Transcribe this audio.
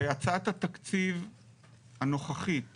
בהצעת התקציב הנוכחית